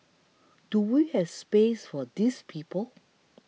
do we has space for these people